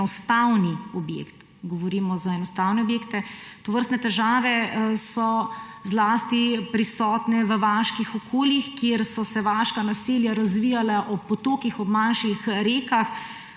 enostavni objekt, govorimo za enostavne objekte. Tovrstne težave so zlasti prisotne v vaških okoljih, kjer so se vaška naselja razvijala ob potokih, ob manjših rekah.